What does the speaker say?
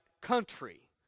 country